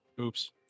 Oops